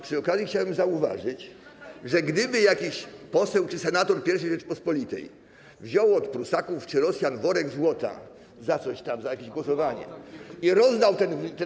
Przy okazji chciałbym zauważyć, że gdyby jakiś poseł czy senator I Rzeczypospolitej wziął od Prusaków czy Rosjan worek złota za coś tam, za jakieś głosowanie, i rozdał ten worek.